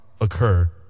occur